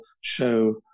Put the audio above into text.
show